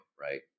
right